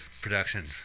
production